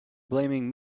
blaming